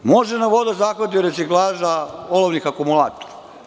Može na vodozahvatu i reciklaža olovnih akumulatora.